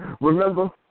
Remember